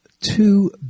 two